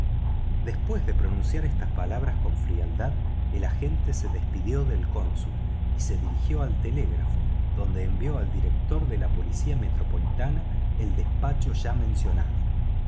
después de pronunciar estas palabras con frialdad el agente se despidió del cónsul y se dirigió al telégrafo donde envió al director de la policía metropolitana el despacho ya mencionado